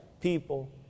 people